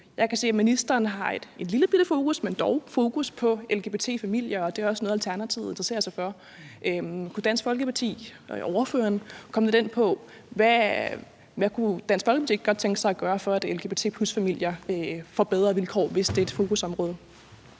Jeg kan se, at ministeren har et lillebitte fokus, men dog et fokus, på lgbt-familier, og det er også noget, som Alternativet interesserer sig for. Kunne Dansk Folkepartis ordfører komme lidt ind på, hvad Dansk Folkeparti godt kunne tænke sig at gøre, for at lgbt+-familier får bedre vilkår, hvis det er et fokusområde?